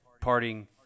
parting